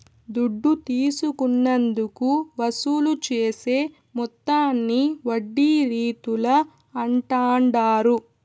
దుడ్డు తీసుకున్నందుకు వసూలు చేసే మొత్తాన్ని వడ్డీ రీతుల అంటాండారు